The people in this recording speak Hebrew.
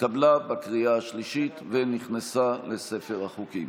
התקבלה בקריאה השלישית ונכנסה לספר החוקים.